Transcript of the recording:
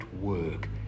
work